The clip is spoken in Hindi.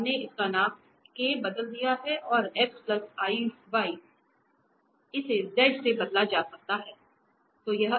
हमने इसका नाम k बदल दिया है और x iy इसे z से बदला जा सकता है